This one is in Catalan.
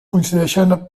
coincideixen